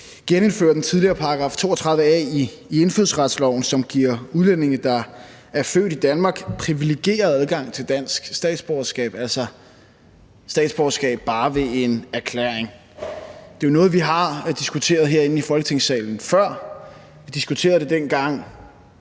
genindføre den tidligere § 3 A i indfødsretsloven, som giver udlændinge, der er født i Danmark, privilegeret adgang til dansk statsborgerskab, altså statsborgerskab bare ved en erklæring. Det er jo noget, vi har diskuteret herinde i Folketingssalen før. Vi diskuterede det, dengang